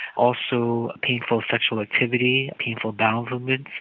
also painful sexual activity, painful bowel movements,